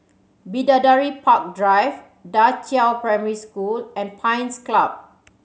Bidadari Park Drive Da Qiao Primary School and Pines Club